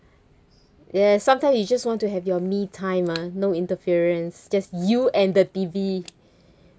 yes sometimes you just want to have your me time ah no interference just you and the T_V